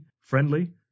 friendly